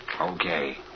Okay